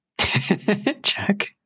Check